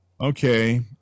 Okay